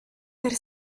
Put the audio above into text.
per